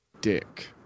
dick